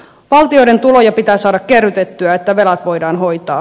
valtioiden tuloja pitää saada kerrytettyä jotta velat voidaan hoitaa